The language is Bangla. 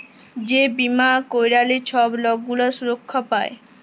যে বীমা ক্যইরলে ছব লক গুলা সুরক্ষা পায়